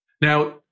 Now